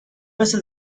مثل